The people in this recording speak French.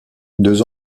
deux